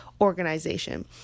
organization